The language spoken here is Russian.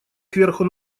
кверху